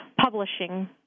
publishing